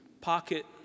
pocket